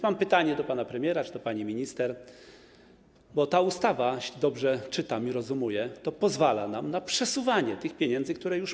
Mam pytanie do pana premiera czy do pani minister, bo ta ustawa, jeśli dobrze czytam i rozumiem, pozwala nam na przesuwanie tych pieniędzy, które już mamy.